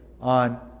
on